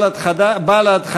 מטעם בל"ד,